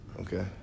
Okay